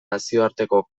nazioarteko